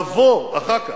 לבוא אחר כך,